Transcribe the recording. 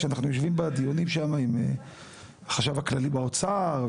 כשאנחנו יושבים בדיונים שם עם החשב הכללי באוצר,